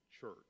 church